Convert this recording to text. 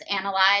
analyze